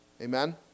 Amen